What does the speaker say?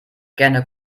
gerne